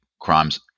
crimes